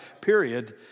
period